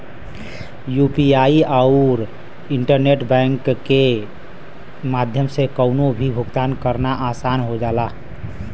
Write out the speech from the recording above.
UPI आउर internet banking के माध्यम से कउनो भी भुगतान करना आसान हो जाला